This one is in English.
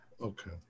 okay